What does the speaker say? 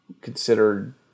considered